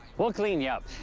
we'll clean ya up.